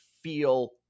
feel